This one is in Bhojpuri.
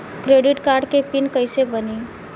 क्रेडिट कार्ड के पिन कैसे बनी?